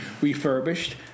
refurbished